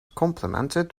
complimented